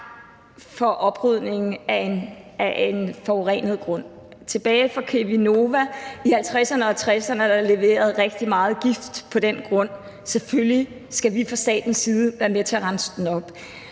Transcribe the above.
for oprydningen af en forurenet grund. Tilbage i 1950'erne og 1960'erne leverede Cheminova rigtig meget gift på den grund. Selvfølgelig skal vi fra statens side være med til at rense den op.